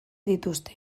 dituzte